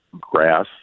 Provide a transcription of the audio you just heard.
grass